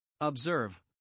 Observe